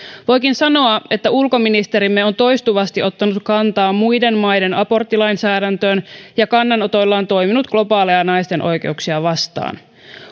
voikin sanoa että ulkoministerimme on toistuvasti ottanut kantaa muiden maiden aborttilainsäädäntöön ja kannanotoillaan toiminut globaaleja naisten oikeuksia vastaan